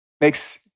makes